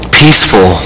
peaceful